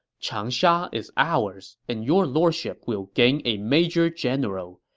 changsha is ours, and your lordship will gain a major general.